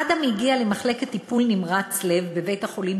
אדם הגיע למחלקת טיפול נמרץ לב בבית-החולים